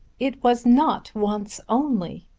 it was not once only.